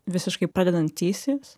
visiškai pradedantysis